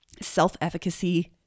self-efficacy